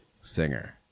singer